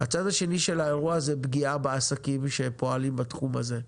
הצד השני של האירוע זה פגיעה בעסקים שפועלים בתחום הזה.